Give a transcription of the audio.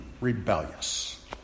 rebellious